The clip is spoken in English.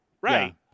Right